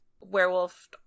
werewolf